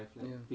ya